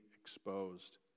exposed